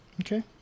Okay